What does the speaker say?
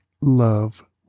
love